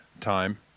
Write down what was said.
time